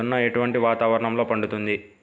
జొన్న ఎటువంటి వాతావరణంలో పండుతుంది?